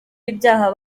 ibyaha